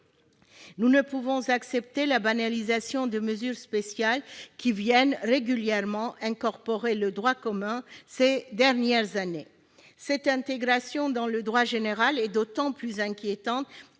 Nous ne pouvons accepter la banalisation de mesures spéciales qui viennent régulièrement s'incorporer, ces dernières années, au droit commun. Cette intégration dans le droit général est d'autant plus inquiétante